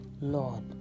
Lord